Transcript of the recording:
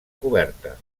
coberta